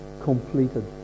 completed